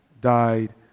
died